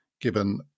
given